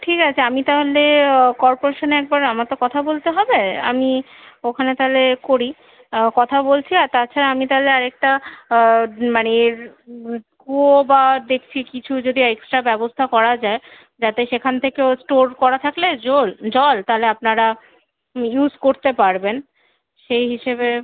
ঠিক আছে আমি তাহলে কর্পোরেশনে একবার আমার তো কথা বলতে হবে আমি ওখানে তাহলে করি কথা বলছি আর তাছাড়া আমি তাহলে আর একটা মানের কুয়ো বা দেখছি যদি কিছু একস্ট্রা ব্যবস্থা করা যায় যাতে সেখান থেকেও স্টোর করা থাকলে জোল জল তাহলে আপনারা ইউস করতে পারবেন সেই হিসেবে